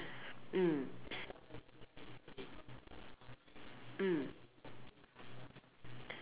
mm mm